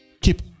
Keep